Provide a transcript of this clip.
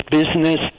business